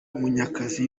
munyakazi